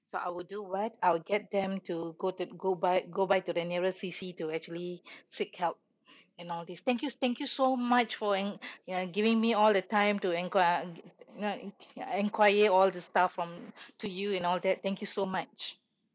so I will do what I'll get them to go to go by go by to the nearest C_C to actually seek help and all this thank you thank you so much for an~ giving me all the time to enquire you know enquire all the stuff from to you and all that thank you so much